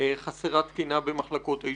חסרה תקינה במחלקות האשפוז.